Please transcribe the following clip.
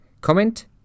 Comment